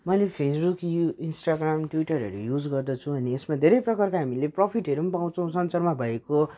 मैले फेसबुक यु इन्स्टाग्राम ट्विटरहरू युज गर्दछु अनि यसमा धेरै प्रकारको हामीले प्रफिटहरू पनि पाउँछौँ सञ्चारमा भएको